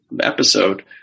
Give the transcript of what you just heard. episode